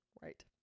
Right